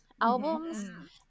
albums